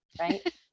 right